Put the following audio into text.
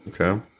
Okay